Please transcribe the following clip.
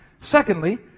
Secondly